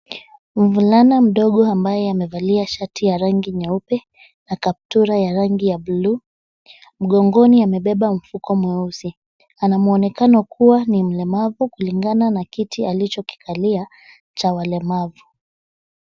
Mvulana mdogo ambaye amevalia shati ya rangi nyeupe na kaptula ya rangi ya bluu. Mgongoni amebeba mfuko mweusi. Ana mwonekano kuwa ni mlemavu kulingana na kiti alichokikalia cha walemavu.